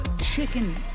Chicken